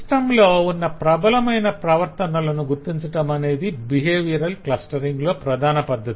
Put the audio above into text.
system లో ఉన్న ప్రబలమైన ప్రవర్తనలను గుర్తించటమనేది బిహేవియర్ క్లస్టరింగ్ లో ప్రధాన పద్ధతి